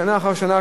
שנה אחר שנה,